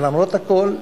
למרות הכול,